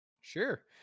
Sure